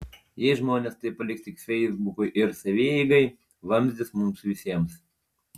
jei žmonės tai paliks tik feisbukui ir savieigai vamzdis mums visiems